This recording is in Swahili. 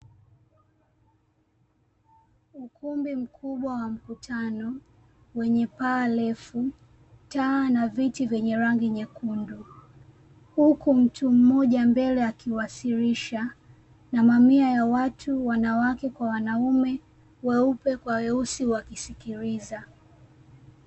Ukumbi mkubwa wa mkutano wenye paa refu, taa na viti vyenye rangi nyekundu. Huku mtu mmoja mbele akiwasilisha, na mamia ya watu wanawake kwa wanaume, weupe kwa weusi wakisikiliza.